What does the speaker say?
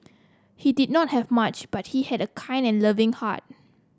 he did not have much but he had a kind and loving heart